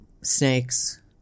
snakes